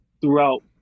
throughout